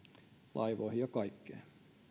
laivoihin ja kaikkeen